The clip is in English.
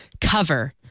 cover